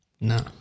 No